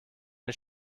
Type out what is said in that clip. den